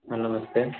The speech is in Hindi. हाँ नमस्ते